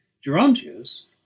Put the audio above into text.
Gerontius